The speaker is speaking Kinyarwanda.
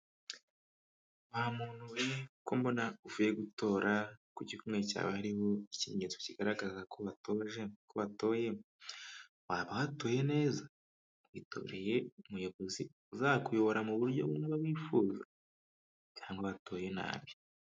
Wa muntu we ko mbona uvuye gutora, ku gikumwe cyawe hariho ikimenyetso kigaragaza ko watoye, waba watoye neza? Witoreye umuyobozi uzakuyobora mu buryo bifuza? Cyangwa watoye nabi?